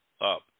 up